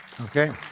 Okay